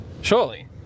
Surely